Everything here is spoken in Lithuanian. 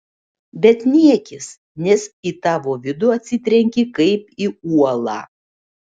bet niekis nes į tavo vidų atsitrenki kaip į uolą